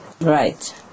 right